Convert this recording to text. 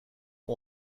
ont